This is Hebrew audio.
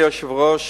אדוני היושב-ראש,